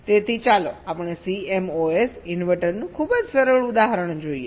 તેથી ચાલો આપણે CMOS ઇન્વર્ટરનું ખૂબ જ સરળ ઉદાહરણ જોઈએ